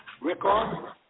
record